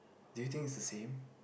do you think is the same